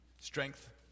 Strength